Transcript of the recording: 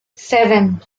seven